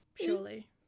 surely